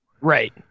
right